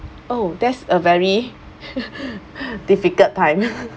oh that's a very difficult time